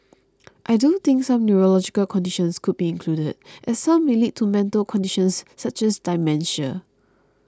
I do think some neurological conditions could be included as some may lead to mental conditions such as dementia